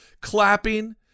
clapping